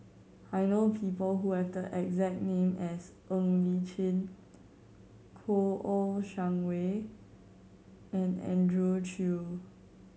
I know people who have the exact name as Ng Li Chin Kouo Shang Wei and Andrew Chew